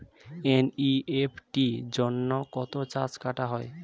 NEFT জন্য কত charge কাটা হয়?